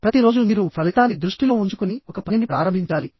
ప్రతి రోజు మీరు ఫలితాన్ని దృష్టిలో ఉంచుకుని ఒక పనిని ప్రారంభించాలి